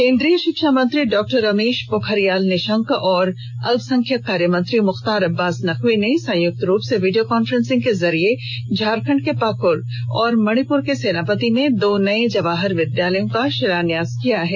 केंद्रीय शिक्षामंत्री डॉक्टर रमेश पोखरियाल निशंक और अल्पसंख्यक कार्यमंत्री मुख्तार अब्बास नकवी ने संयुक्त रूप से वीडियो कान्फ्रेसिंग के जरिये झारखण्ड के पाकुड़ और मणिपुर के सेनापति में दो नये जवाहर विद्यालय का शिलान्यास किया है